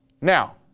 Now